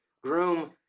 groom